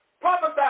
prophesy